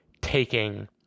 taking